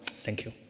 thank you.